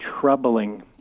troubling